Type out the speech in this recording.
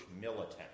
militant